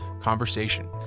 conversation